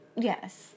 Yes